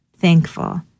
thankful